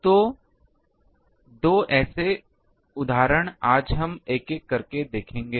तो 2 ऐसे उदाहरण आज हम एक एक करके देखेंगे